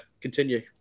continue